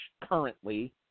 currently